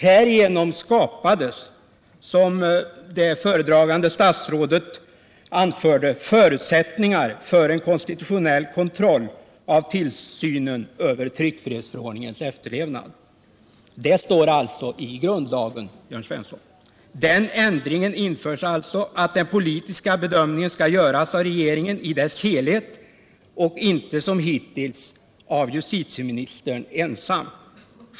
Härigenom skapades — som det föredragande statsrådet anförde — förutsättningar för en konstitutionell kontroll av tillsynen över tryck frihetsförordningens efterlevnad. Det står i grundlagen, Jörn Svensson. Den ändringen införs alltså att den politiska bedömningen skall göras av regeringen i dess helhet och inte som hittills av justitieministern ensam.